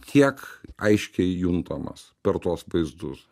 tiek aiškiai juntamas per tuos vaizdus